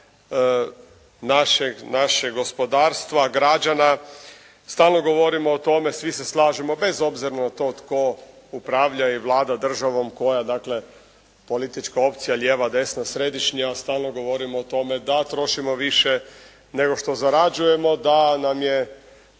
našeg gospodarstva, građana. Stalno govorimo o tome. Svi se slažemo bez obzira na to tko upravlja i vlada državom? Koja dakle politička opcija? Lijeva, desna, središnja. Stalno govorimo o tome da trošimo više nego što zarađujemo. Da nam je